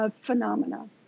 phenomena